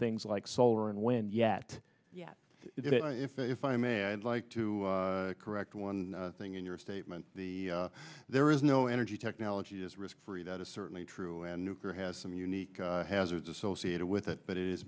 things like solar and wind yet yet if i may i'd like to correct one thing in your statement the there is no energy technology is risk free that is certainly true and nuclear has some unique hazards associated with it but it has